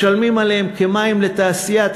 משלמים עליהם כמים לתעשייה,